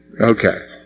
Okay